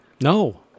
No